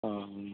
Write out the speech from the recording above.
अ अ